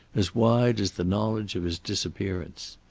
as wide as the knowledge of his disappearance.